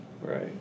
Right